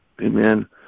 Amen